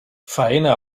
faena